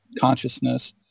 consciousness